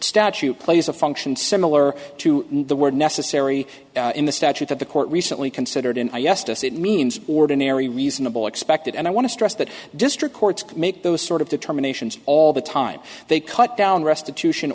statute plays a function similar to the word necessary in the statute that the court recently considered and yes to us it means ordinary reasonable expected and i want to stress that district courts could make those sort of determinations all the time they cut down restitution